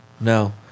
No